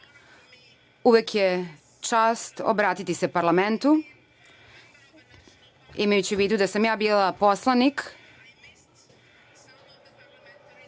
Uvek je čast obratiti se parlamentu, imajući u vidu da sam ja bila poslanik,